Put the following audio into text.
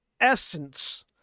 essence